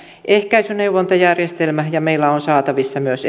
ehkäisyneuvontajärjestelmä ja meillä on saatavissa myös